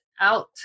out